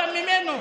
גם ממנו.